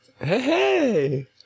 Hey